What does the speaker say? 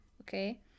okay